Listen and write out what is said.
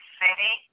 city